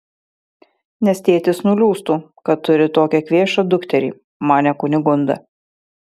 nes tėtis nuliūstų kad turi tokią kvėšą dukterį manė kunigunda